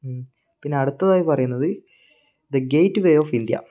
പിന്നെ അടുത്തതായി പറയുന്നത് the gateway of India